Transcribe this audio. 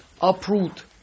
uproot